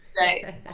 right